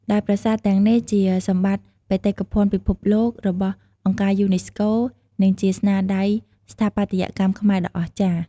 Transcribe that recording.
ដែលប្រាសាទទាំងនេះ ជាសម្បត្តិបេតិកភណ្ឌពិភពលោករបស់អង្គការយូណេស្កូ និងជាស្នាដៃស្ថាបត្យកម្មខ្មែរដ៏អស្ចារ្យ។